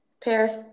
Paris